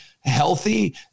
healthy